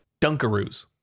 Dunkaroos